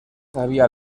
había